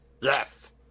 Yes